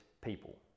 people